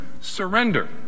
surrender